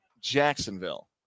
Jacksonville